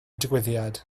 digwyddiad